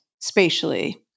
spatially